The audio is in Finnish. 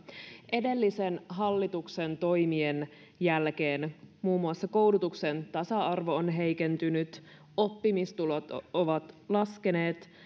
edellisen hallituksen toimien jälkeen muun muassa koulutuksen tasa arvo on heikentynyt oppimistulokset ovat laskeneet